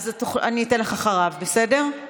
אני אתן לך אחריו, בסדר?